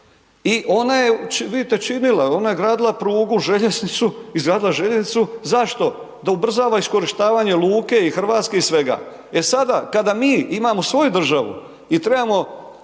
I ona je, vidite činila, ona je gradila prugu željeznicu, izgradila željeznicu, zašto? Da ubrzava iskorištavanje luke i Hrvatske i svega. E sada kada mi imamo svoju državu i trebamo